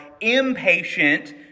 impatient